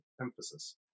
Emphasis